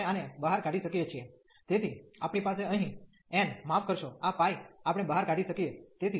તેથી આપણે આને બહાર કાઢી શકીએ છીએ તેથી આપણી પાસે અહીં n માફ કરશો આ આપણે બહાર કાઢી શકીએ